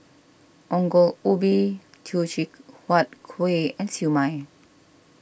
Ongol Ubi Teochew Huat Kuih and Siew Mai